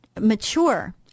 mature